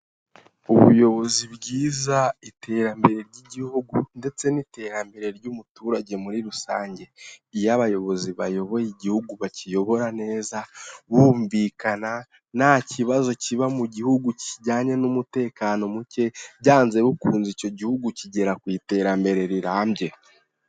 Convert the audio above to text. Ubuyobozi bwiza, iterambere ry'igihugu ndetse n'iterambere ry'umuturage muri rusange. Iyo abayobozi bayoboye igihugu bakiyobora neza bumvikana, ntakibazo kiba mu gihugu kijyanye n'umutekano muke, byanze bikunze icyo gihugu kigera ku iterambere rirambye.